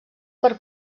per